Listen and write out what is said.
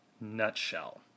nutshell